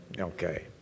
Okay